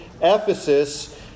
Ephesus